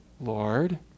Lord